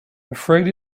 afraid